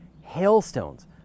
Hailstones